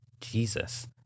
Jesus